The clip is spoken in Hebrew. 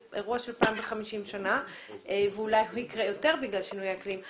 זה אירוע של פעם ב-50 שנים ואולי במקרה יותר בגלל שינויי האקלים.